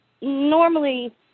normally